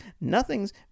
nothing's